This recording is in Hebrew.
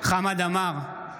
חמד עמאר,